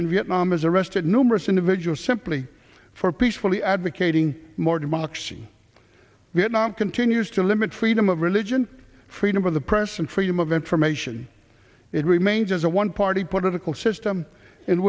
on vietnam has arrested numerous individuals simply for peacefully advocating more democracy we have not continues to limit freedom of religion freedom of the press and freedom of information it remains a one party put article system in